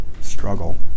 Struggle